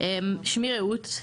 שמי רעות.